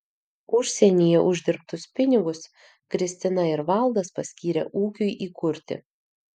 užsienyje uždirbtus pinigus kristina ir valdas paskyrė ūkiui įkurti